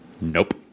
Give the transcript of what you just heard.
Nope